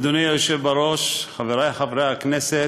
אדוני היושב בראש, חברי חברי הכנסת,